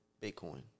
Bitcoin